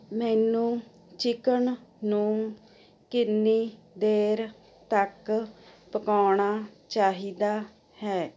ਮੈਨੂੰ ਚਿਕਨ ਨੂੰ ਕਿੰਨੀ ਦੇਰ ਤੱਕ ਪਕਾਉਣਾ ਚਾਹੀਦਾ ਹੈ